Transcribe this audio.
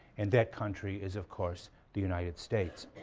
and that country is of course the united states.